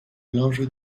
l’enjeu